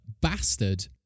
bastard